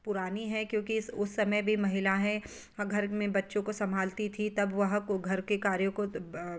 पुरानी है क्योंकि इस उस समय भी महिलाएँ घर में बच्चों को संभालती थी तब वह को घर के कार्यों को